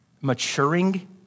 maturing